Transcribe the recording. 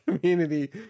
community